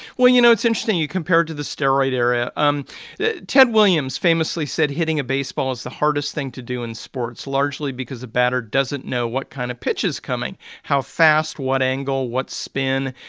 well, you know, it's interesting you compared to the steroid era. um ted williams famously said hitting a baseball is the hardest thing to do in sports, largely because a batter doesn't know what kind of pitch is coming how fast what angle, what spin.